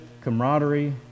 camaraderie